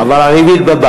אבל הריבית בבנק.